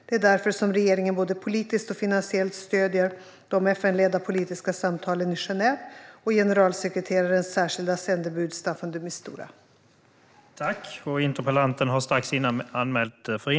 Det är därför som regeringen både politiskt och finansiellt stöder de FN-ledda politiska samtalen i Genève och generalsekreterarens särskilda sändebud Staffan de Mistura. Då Markus Wiechel, som framställt interpellationen, anmält att han var förhindrad att närvara vid sammanträdet förklarade andre vice talmannen överläggningen avslutad.